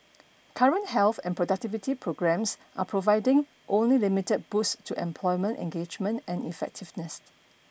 current health and productivity programmes are providing only limited boosts to employment engagement and effectiveness